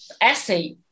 essay